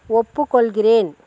ஒப்புக்கொள்கிறேன்